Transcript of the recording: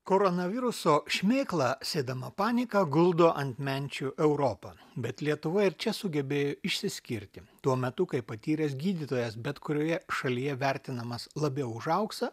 koronaviruso šmėkla sėdama paniką guldo ant menčių europą bet lietuva ir čia sugebėjo išsiskirti tuo metu kai patyręs gydytojas bet kurioje šalyje vertinamas labiau už auksą